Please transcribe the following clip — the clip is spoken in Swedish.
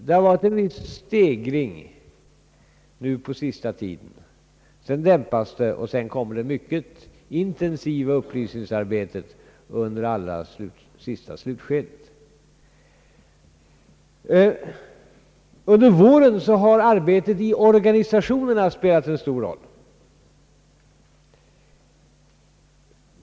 Det har varit en viss stegring nu på sista tiden, sedan dämpas det, och därefter kommer en mycket intensiv upplysning under allra sista slutskedet. Under våren har arbetet i organisationerna spelat en stor roll.